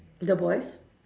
the boys